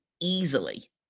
easily